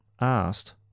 asked